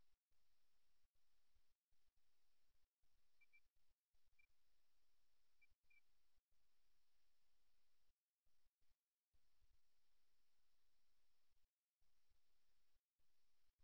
குழு நிலையில் அந்த நபரிடம் நாம் சாய்ந்திருப்பதை இது காட்டுகிறது இது ஒரு நிலைப்பாடு இது வளைந்த பிளேடு நிலைப்பாடு என்றும் அழைக்கப்படுகிறது வெளிப்படையாக ஒரு தற்காப்பு எதிர்மறை தோரணை